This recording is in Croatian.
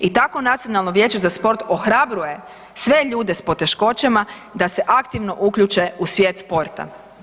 I takvo Nacionalno vijeće za sport ohrabruje sve ljude s poteškoćama da se aktivno uključe u svijest sporta.